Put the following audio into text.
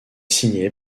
signée